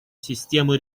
системы